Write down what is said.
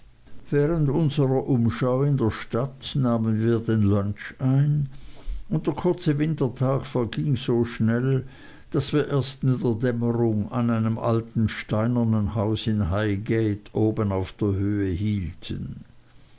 während unserer umschau in der stadt nahmen wir den lunch ein und der kurze wintertag verging so schnell daß wir erst in der dämmerung an einem alten steinernen haus in highgate oben auf der höhe hielten